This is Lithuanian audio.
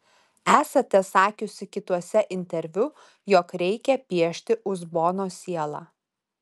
esate sakiusi kituose interviu jog reikia piešti uzbono sielą